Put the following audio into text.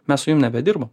mes su jum nebedirbam